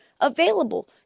available